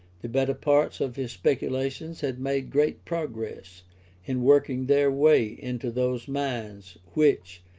the better parts of his speculations had made great progress in working their way into those minds, which,